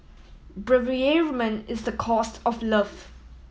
bereavement is the cost of love